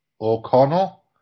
O'Connell